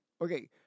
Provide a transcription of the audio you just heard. okay